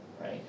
right